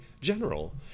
general